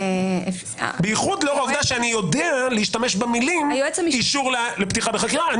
בייחוד לאור העובדה שאני יודע להשתמש במילים: אישור לפתיחה בחקירה.